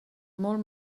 molt